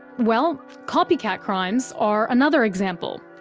well, copycat crimes are another example.